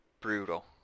brutal